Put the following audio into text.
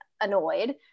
annoyed